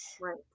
right